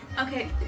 Okay